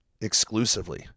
exclusively